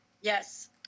yes